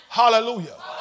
hallelujah